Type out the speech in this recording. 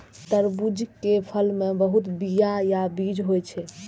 तरबूज के फल मे बहुत बीया या बीज होइ छै